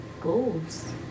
goals